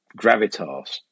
gravitas